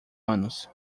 anos